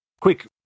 Quick